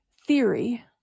theory